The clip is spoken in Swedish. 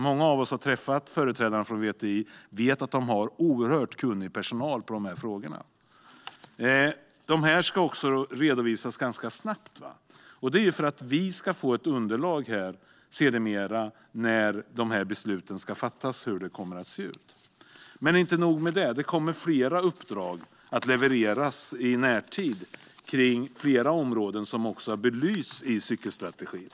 Många av oss har träffat företrädare från VTI och vet att de har personal som är oerhört kunnig i dessa frågor. Uppdragen ska redovisas ganska snabbt, detta för att vi ska få ett underlag när beslut sedermera ska fattas. Inte nog med det: Det kommer fler uppdrag som ska levereras i närtid kring flera områden som också har belysts i cykelstrategin.